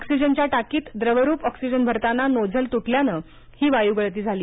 ऑक्सिजनच्या टाकीत द्रवरूप ऑक्सिजन भरताना नोझल तुटल्याने ही वायू गळती झाली